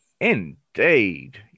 Indeed